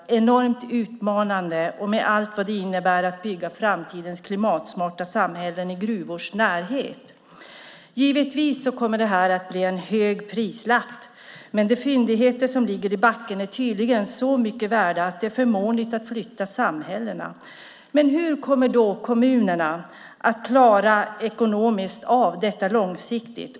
Det är oerhört utmanande, med allt vad det innebär, att bygga framtidens klimatsmarta samhällen i gruvors närhet. Givetvis kommer prislappen att bli hög, men de fyndigheter som ligger i backen är tydligen så mycket värda att det är förmånligt att flytta samhällena. Hur kommer kommunerna då att ekonomiskt klara av detta på lång sikt?